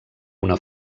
una